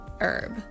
herb